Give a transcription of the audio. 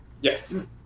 Yes